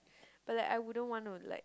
but like I wouldn't wanna like